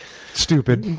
stupid.